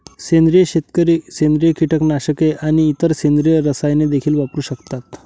सेंद्रिय शेतकरी सेंद्रिय कीटकनाशके आणि इतर सेंद्रिय रसायने देखील वापरू शकतात